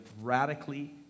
radically